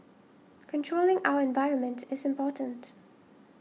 controlling our environment is important